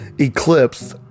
eclipsed